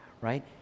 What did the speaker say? right